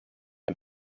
een